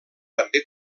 també